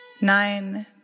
Nine